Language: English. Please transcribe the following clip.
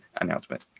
announcement